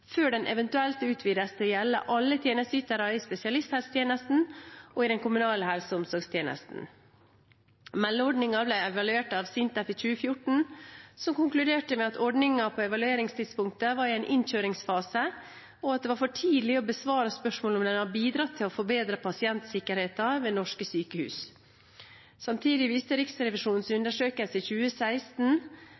før den eventuelt utvides til å gjelde alle tjenesteytere i spesialisthelsetjenesten og i den kommunale helse- og omsorgstjenesten. Meldeordningen ble evaluert av SINTEF i 2014, som konkluderte med at ordningen på evalueringstidspunktet var i en innkjøringsfase, og at det var for tidlig å besvare spørsmål om den har bidratt til å forbedre pasientsikkerheten ved norske sykehus. Samtidig viste Riksrevisjonens